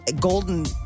Golden